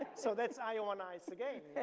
so that's iowa nice again.